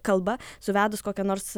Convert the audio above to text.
kalba suvedus kokią nors